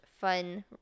fun